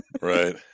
right